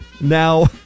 Now